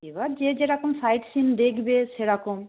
এবার যে যেরকম সাইট সিন দেখবে সেরকম